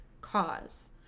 cause